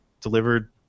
delivered